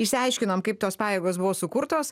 išsiaiškinom kaip tos pajėgos buvo sukurtos